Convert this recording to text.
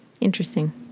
interesting